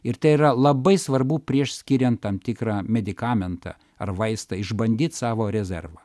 ir tai yra labai svarbu prieš skiriant tam tikrą medikamentą ar vaistą išbandyti savo rezervą